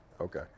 okay